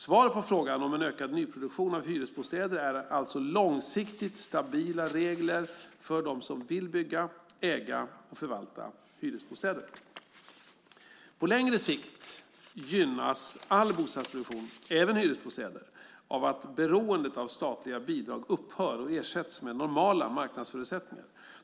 Svaret på frågan om en ökad nyproduktion av hyresbostäder är alltså långsiktigt stabila regler för dem som vill bygga, äga och förvalta hyresbostäder. På längre sikt gynnas all bostadsproduktion, även hyresbostäder, av att beroendet av statliga bidrag upphör och ersätts med normala marknadsförutsättningar.